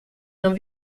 non